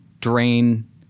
drain